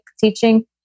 teaching